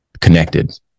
connected